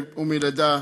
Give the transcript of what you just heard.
מבפנים,